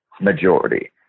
majority